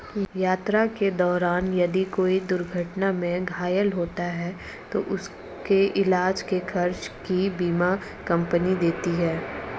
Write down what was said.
यात्रा के दौरान यदि कोई दुर्घटना में घायल होता है तो उसके इलाज के खर्च को बीमा कम्पनी देती है